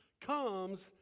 comes